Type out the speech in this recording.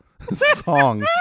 song